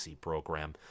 program